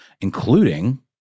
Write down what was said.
including –